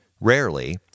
Rarely